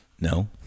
No